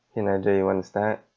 okay nigel you want to start